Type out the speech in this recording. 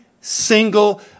single